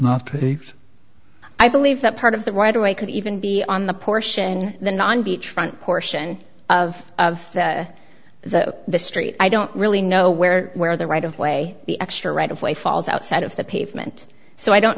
paved i believe that part of the right away could even be on the portion the non beach front portion of the the street i don't really know where where the right of way the extra right of way falls outside of the pavement so i don't